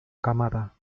camada